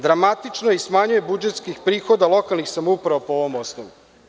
Dramatično smanjenje budžetskih prihoda lokalnih samouprava po ovom osnovu.